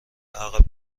عقب